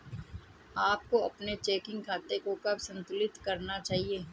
आपको अपने चेकिंग खाते को कब संतुलित करना चाहिए?